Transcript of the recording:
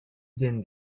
din